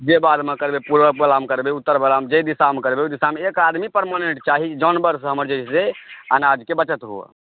जाहि बाधमे करबै पूरब वलामे करबै उत्तर वलामे जाहि दिशामे करबै ओहि दिशामे एक आदमी परमानेन्ट चाही जानवरसँ हमर जे छै से अनाजके बचत हुअ